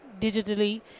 digitally